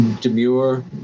demure